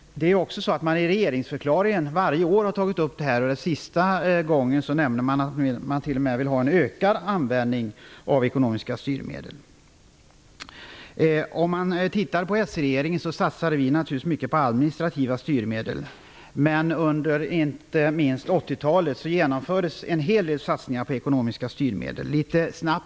Varje år har regeringen tagit upp dessa frågor i regeringsförklaringen. Senaste gången nämnde regeringen en ökad användning av ekonomiska styrmedel. S-regeringen satsade naturligtvis mycket på administrativa styrmedel. Under inte minst 80-talet genomfördes en hel del satsningar på ekonomiska styrmedel.